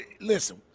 listen